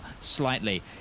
slightly